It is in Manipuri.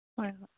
ꯍꯣꯏ ꯍꯣꯏ